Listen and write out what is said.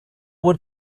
would